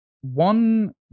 one